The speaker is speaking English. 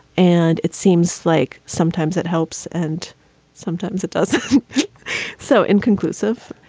and it seems like sometimes it helps and sometimes it does so inconclusive.